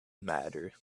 matter